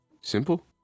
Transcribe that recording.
Simple